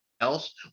else